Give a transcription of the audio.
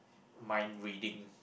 mind reading